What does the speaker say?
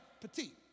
petite